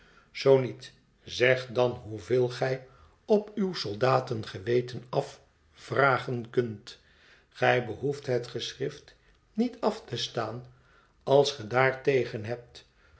zoo niet zeg dan hoeveel gij op uw soldaten geweten af vragen kunt gij behoeft het geschrift niet af te staan als ge daar tegen hebt